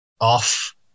off